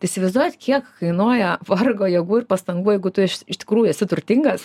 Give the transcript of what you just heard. įsivaizduojat kiek kainuoja vargo jėgų ir pastangų jeigu tu iš tikrųjų esi turtingas